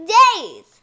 days